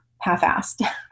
half-assed